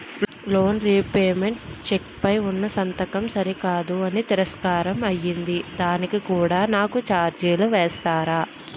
Loan repayment cheque పై ఉన్నా సంతకం సరికాదు అని తిరస్కారం అయ్యింది దానికి కూడా నాకు ఛార్జీలు వేస్తారా?